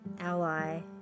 ally